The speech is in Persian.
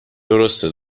درسته